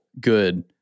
good